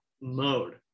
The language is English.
mode